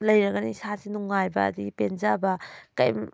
ꯂꯩꯔꯒꯅ ꯏꯁꯥꯁꯤ ꯅꯨꯡꯉꯥꯏꯕ ꯑꯗꯒꯤ ꯄꯦꯟꯖꯕ